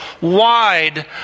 wide